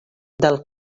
del